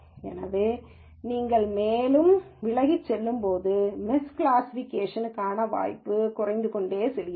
இருப்பினும் நீங்கள் மேலும் விலகிச் செல்லும்போது மிஸ்கிளாசிஃபிகேஷன்க்கான வாய்ப்பு குறைந்து கொண்டே செல்கிறது